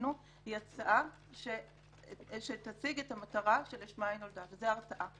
לפנינו היא הצעה שתשיג את המטרה שלשמה היא נולדה וזה ההרתעה.